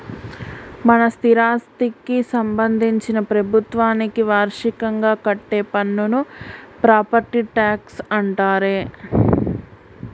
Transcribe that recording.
మన స్థిరాస్థికి సంబందించిన ప్రభుత్వానికి వార్షికంగా కట్టే పన్నును ప్రాపట్టి ట్యాక్స్ అంటారే